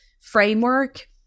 framework